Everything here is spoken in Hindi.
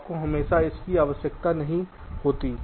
आपको हमेशा इसकी आवश्यकता नहीं होती है